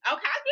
Okay